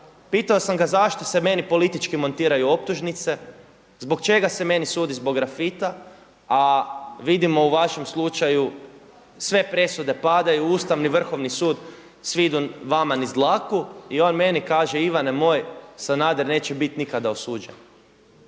pitao sam ga zašto se meni politički montiraju optužnice, zbog čega se meni sudi, zbog grafita, a vidimo u vašem slučaju sve presude padaju, Ustavni, Vrhovni sud svi idu vama niz dlaku i on meni kaže Ivane moj Sanader neće biti nikada osuđen,